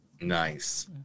Nice